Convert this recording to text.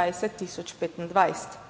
27